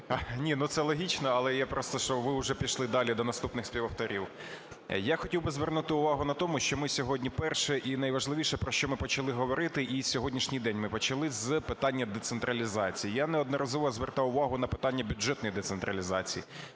Ні, ну, це логічно. Але я просто, що ви вже пішли далі, до наступних співавторів. Я хотів би звернути увагу на тому, що ми сьогодні перше і найважливіше, про що ми почали говорити, і сьогоднішній день ми почали з питання децентралізації. Я неодноразово звертав увагу на питанні бюджетної децентралізації.